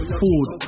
food